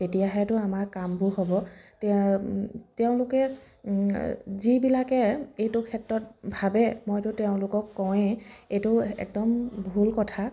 তেতিয়াহেতো আমা কামবো হ'ব তেওঁলোকে যিবিলাকে এইটো ক্ষেত্ৰত ভাবে মইতো তেওঁলোকক কওঁয়ে এটো একদম ভুল কথা